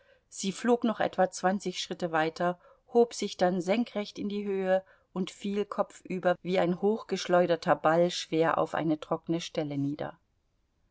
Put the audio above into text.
sie flog noch etwa zwanzig schritte weiter hob sich dann senkrecht in die höhe und fiel kopfüber wie ein hochgeschleuderter ball schwer auf eine trockene stelle nieder